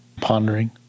pondering